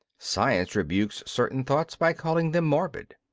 science rebukes certain thoughts by calling them morbid.